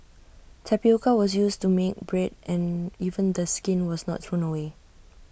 tapioca was used to make bread and even the skin was not thrown away